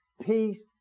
Peace